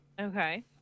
okay